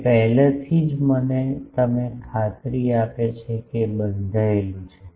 તે પહેલાથી જ મને ખાતરી આપે છે કે બંધાયેલું છે